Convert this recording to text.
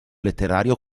letterario